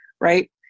right